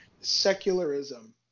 secularism